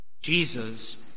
Jesus